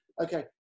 okay